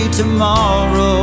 tomorrow